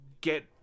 get